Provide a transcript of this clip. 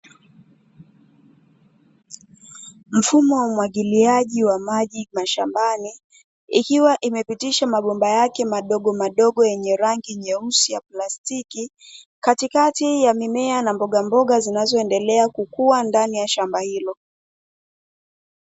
Mfumo wa umwagiliaji wa maji mashambani ikiwa imepitisha mabomba yake madogomadogo yenye rangi nyeusi ya plastiki, katikati ya mimea na mbogamboga zinazoendelea kukua ndani ya shamba hilo.